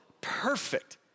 perfect